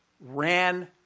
ran